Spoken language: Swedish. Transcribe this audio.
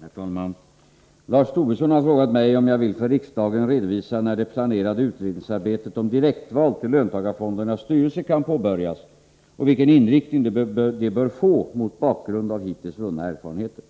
Herr talman! Lars Tobisson har frågat mig om jag för riksdagen vill redovisa när det planerade utredningsarbetet om direktval till löntagarfondernas styrelser kan påbörjas och vilken inriktning det bör få mot bakgrund av hittills vunna erfarenheter.